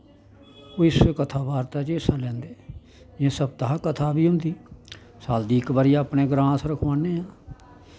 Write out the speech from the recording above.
कुछ कथा बार्ता च हिस्सा लैंदे इ'यां सप्ताह् कथा बी होंदी साल दी इक बार अस अपने ग्रांऽ रखोआने आं